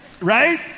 Right